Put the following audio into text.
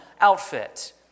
outfit